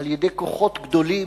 על-ידי כוחות גדולים,